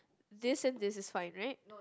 this and this is fine right